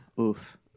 oof